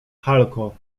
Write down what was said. halko